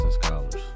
scholars